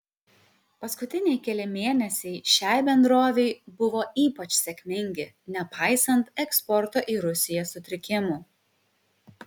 paskutiniai keli mėnesiai šiai bendrovei buvo ypač sėkmingi nepaisant eksporto į rusiją sutrikimų